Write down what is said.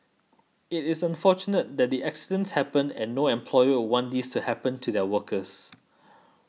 it is unfortunate that the accidents happened and no employer would want these to happen to their workers